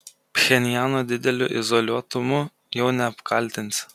pchenjano dideliu izoliuotumu jau neapkaltinsi